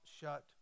shut